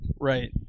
right